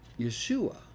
Yeshua